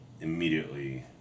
immediately